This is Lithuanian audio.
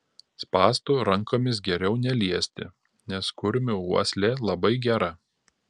spąstų rankomis geriau neliesti nes kurmių uoslė labai gera